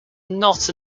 not